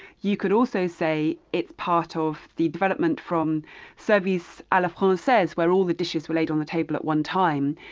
you could also say it's part of the development from service a ah la francaise, where all the dishes were laid on the table at one time,